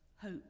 hope